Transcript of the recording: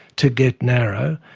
to get narrow.